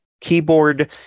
keyboard